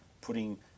putting